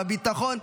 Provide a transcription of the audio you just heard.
בביטחון.